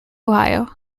ohio